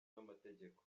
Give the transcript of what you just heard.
n’amategeko